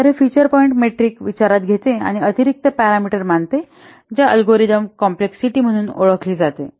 तर हे feature point metric हे विचारात घेते आणि अतिरिक्त पॅरामीटर मानते जे अल्गोरिदमिक कॉम्प्लेक्सिटी म्हणून ओळखले जाते